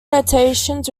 notations